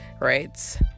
right